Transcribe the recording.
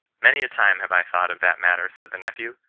many a time have i thought of that matter, said the nephew,